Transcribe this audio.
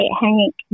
Hank